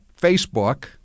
Facebook